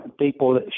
people